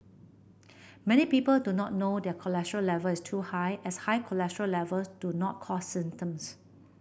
many people do not know their cholesterol level is too high as high cholesterol levels do not cause symptoms